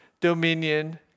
dominion